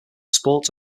sport